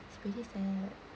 it's pretty sad